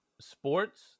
Sports